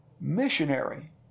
missionary